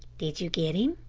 did you get him?